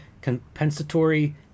compensatory